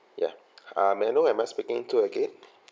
ya uh may I know who am I speaking to again